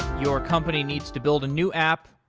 your company needs to build a new app,